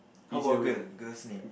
how about girl girl's name